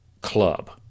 club